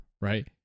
right